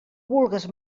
vulgues